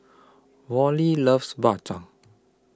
Wally loves Bak Chang